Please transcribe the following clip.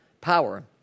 power